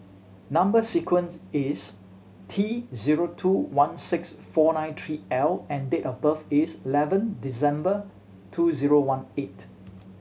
number sequence is T zero two one six four nine three L and date of birth is eleven December two zero one eight